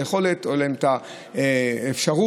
שאין להם היכולת או אין להם אפשרות.